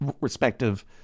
respective